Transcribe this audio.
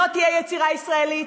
לא תהיה יצירה ישראלית,